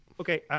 Okay